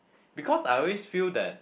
because I always feel that